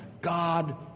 God